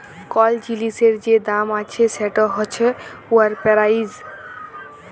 call জিলিসের যে দাম আছে সেট হছে উয়ার পেরাইস